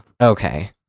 okay